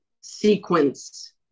sequence